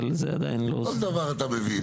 אבל זה עדיין לא --- כל דבר אתה מבין,